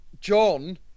John